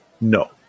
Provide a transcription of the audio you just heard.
No